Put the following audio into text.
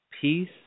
peace